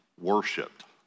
worshipped